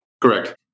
Correct